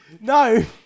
No